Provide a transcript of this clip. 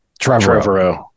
Trevor